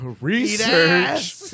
research